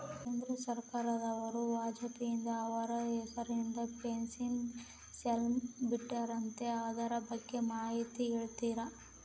ಕೇಂದ್ರ ಸರ್ಕಾರದವರು ವಾಜಪೇಯಿ ಅವರ ಹೆಸರಿಂದ ಪೆನ್ಶನ್ ಸ್ಕೇಮ್ ಬಿಟ್ಟಾರಂತೆ ಅದರ ಬಗ್ಗೆ ಮಾಹಿತಿ ಹೇಳ್ತೇರಾ?